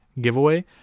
giveaway